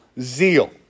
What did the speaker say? zeal